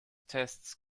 tests